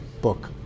book